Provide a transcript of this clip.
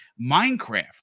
Minecraft